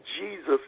Jesus